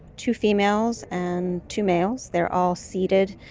two females and two males, they are all seated.